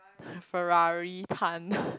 Ferrari Tan